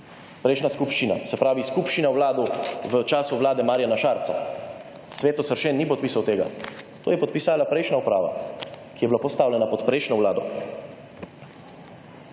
prejšnja skupščina. Se pravi, skupščina v času vlade Marjana Šarca. Cveto Sršen ni podpisal tega. To je podpisala prejšnja uprava, ki je bila postavljena pod prejšnjo vlado.